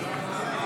בעד,